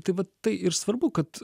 tai vat tai ir svarbu kad